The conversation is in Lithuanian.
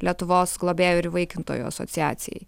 lietuvos globėjų ir įvaikintojų asociacijai